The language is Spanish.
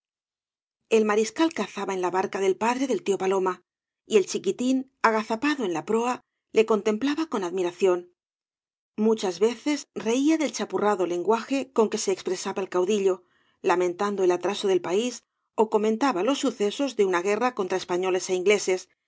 el mariscal cazaba en la barca del padre del tío paloma y el chiquitín agazapado en la proa le contemplaba con admiración muchas veces reía del chapurrado lenguaje con que se ex presaba el caudillo lamentando el atraso del país ó comentaba los sucesos de una guerra contra españoles é ingleses de